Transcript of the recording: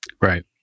Right